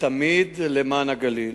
ותמיד למען הגליל.